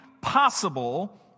possible